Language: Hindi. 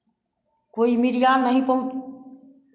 कोई मीडिया नहीं